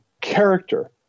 character